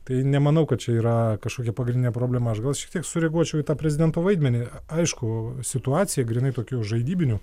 tai nemanau kad čia yra kažkokia pagrindinė problema aš gal šiek tiek sureaguočiau į tą prezidento vaidmenį aišku situacija grynai tokiu žaidybiniu